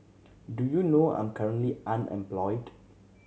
do you know I'm currently unemployed